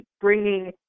bringing